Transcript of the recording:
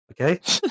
okay